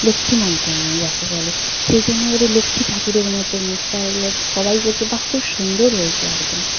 লক্ষ্মীমন্ত মেয়ে যাকে বলে সেই জন্য এবারে লক্ষ্মী ঠাকুরের মত মুখটা হলো সবাই বলছে বাহ্ খুব সুন্দর হয়েছে একদম